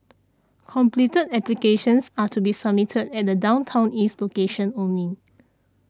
completed applications are to be submitted at the Downtown East location only